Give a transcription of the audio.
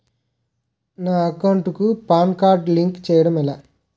నా అకౌంట్ కు PAN card link చేయడం ఎలా?